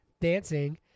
dancing